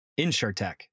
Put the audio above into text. InsurTech